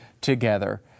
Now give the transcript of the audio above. together